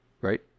right